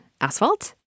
asphalt